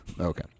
Okay